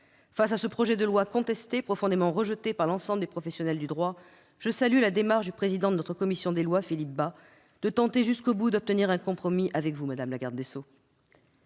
Face à ce projet de loi, contesté et profondément rejeté par l'ensemble des professionnels du droit, je salue la démarche du président de notre commission des lois, M. Philippe Bas : tenter jusqu'au bout d'obtenir un compromis avec vous, madame la garde des sceaux.